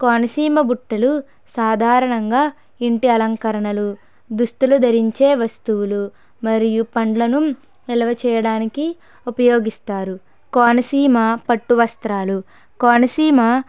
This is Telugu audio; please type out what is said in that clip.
కోనసీమ బుట్టలు సాధారణంగా ఇంటి అలంకరణలు దుస్తులు ధరించే వస్తువులు మరియు పండ్లను నిలువ చేయడానికి ఉపయోగిస్తారు కోనసీమ పట్టు వస్త్రాలు కోనసీమ